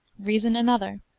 reason another,